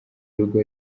urugo